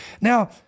Now